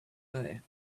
there